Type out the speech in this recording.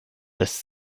lässt